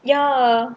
ya